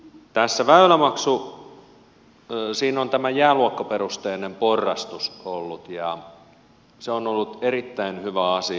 tässä väylämaksussa on ollut tämä jääluokkaperusteinen porrastus ja se on ollut erittäin hyvä asia